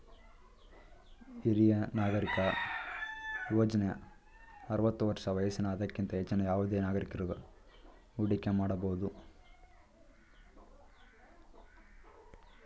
ಹಿರಿಯ ನಾಗರಿಕ ಯೋಜ್ನ ಆರವತ್ತು ವರ್ಷ ವಯಸ್ಸಿನ ಅದಕ್ಕಿಂತ ಹೆಚ್ಚಿನ ಯಾವುದೆ ನಾಗರಿಕಕರು ಹೂಡಿಕೆ ಮಾಡಬಹುದು